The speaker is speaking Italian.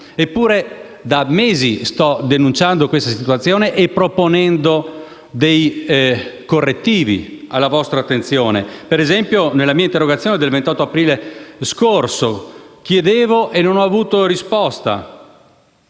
eppure da mesi sto denunciando questa situazione e proponendo dei correttivi alla vostra attenzione: ad esempio, nella mia interrogazione del 28 aprile scorso ho rivolto al Governo